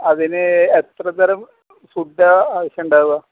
അതിന് എത്ര തരം ഫുഡാണ് ആവശ്യമുണ്ടാവുക